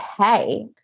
pay